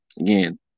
again